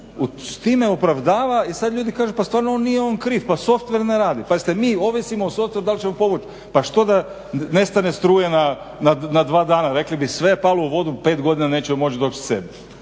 s time opravdava i sad ljudi kažu pa stvarno nije on kriv, pa softver ne radi. Pazite, mi ovisimo o softveru dal ćemo povući, pa što da nestane struje na dva dana, rekli bi sve je palo u vodu, pet godina nećemo moći doći sebi.